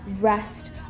rest